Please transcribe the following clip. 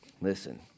Listen